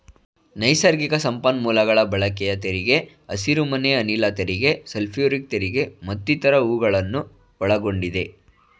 ನೈಸರ್ಗಿಕ ಸಂಪನ್ಮೂಲಗಳ ಬಳಕೆಯ ತೆರಿಗೆ, ಹಸಿರುಮನೆ ಅನಿಲ ತೆರಿಗೆ, ಸಲ್ಫ್ಯೂರಿಕ್ ತೆರಿಗೆ ಮತ್ತಿತರ ಹೂಗಳನ್ನು ಒಳಗೊಂಡಿದೆ